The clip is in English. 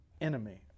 enemy